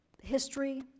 history